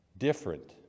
different